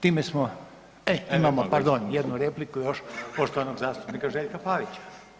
Time smo, e imamo pardon jednu repliku još poštovanog zastupnika Željka Pavića.